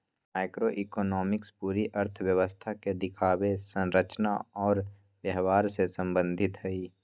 macroeconomics पूरी अर्थव्यवस्था के दिखावे, संरचना और व्यवहार से संबंधित हई